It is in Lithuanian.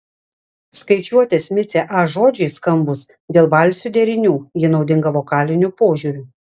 skaičiuotės micė a žodžiai skambūs dėl balsių derinių ji naudinga vokaliniu požiūriu